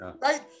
right